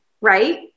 right